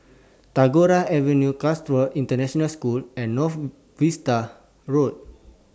Tagore Avenue Chatsworth International School and North Vista Road